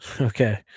Okay